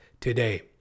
today